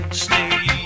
stay